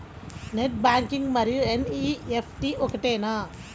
Net banking మరియు NEFT ఒకటేనా?